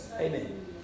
Amen